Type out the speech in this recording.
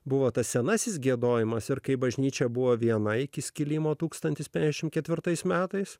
buvo tas senasis giedojimas ir kai bažnyčia buvo viena iki skilimo tūkstantis penkiasdešimt ketvirtais metais